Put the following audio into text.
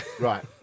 right